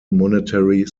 monetary